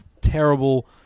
terrible